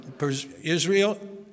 Israel